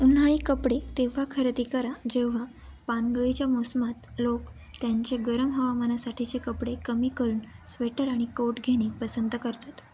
उन्हाळी कपडे तेव्हा खरेदी करा जेव्हा पानगळीच्या मोसमात लोक त्यांचे गरम हवामानासाठीचे कपडे कमी करून स्वेटर आणि कोट घेणे पसंत करतात